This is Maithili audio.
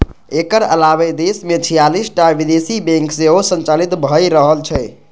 एकर अलावे देश मे छियालिस टा विदेशी बैंक सेहो संचालित भए रहल छै